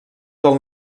del